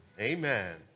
amen